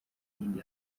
iyindi